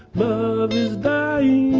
love is dying